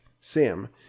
Sam